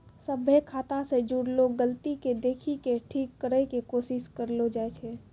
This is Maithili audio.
सभ्भे खाता से जुड़लो गलती के देखि के ठीक करै के कोशिश करलो जाय छै